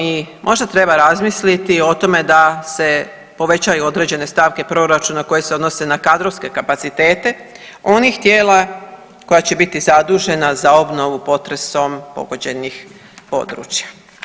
I možda treba razmisliti o tome da se povećaju određene stavke proračuna koje se odnose na kadrovske kapacitete onih tijela koja će biti zadužena za obnovu potresom pogođenih područja.